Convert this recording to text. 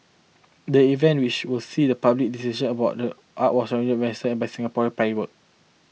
the event which will see the public discussion about art was originally envisioned by Singaporean play world